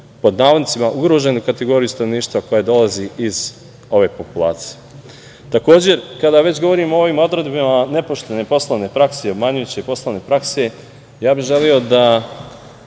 pod navodnicima, ugroženu kategoriju stanovništva koja dolazi iz ove populacije. Takođe, kada već govorimo o ovim odredbama nepoštene poslovne prakse i obmanjujuće poslovne prakse, ja bih želeo da